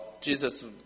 Jesus